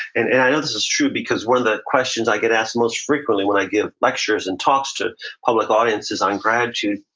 and and i know this is true because one of the questions i get asked most frequently when i give lectures and talks to public audiences on gratitude,